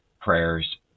prayers